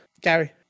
Gary